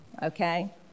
Okay